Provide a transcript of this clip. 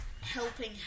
helping